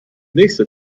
nächste